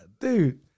dude